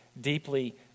deeply